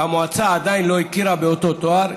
והמועצה עדיין לא הכירה באותו תואר,